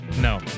No